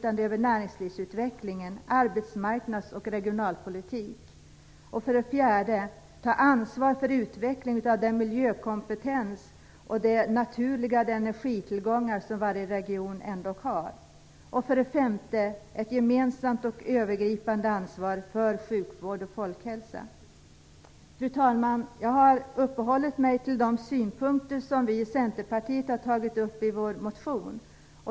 Ansvar för utveckling av miljökompetens och de naturliga energitillgångar som varje region ändock har. Fru talman! Jag har uppehållit mig vid de synpunkter som vi i Centerpartiet har tagit upp i vår motion.